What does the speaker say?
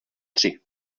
tři